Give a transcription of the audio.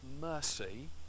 mercy